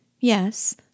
Yes